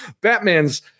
Batman's